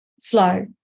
flow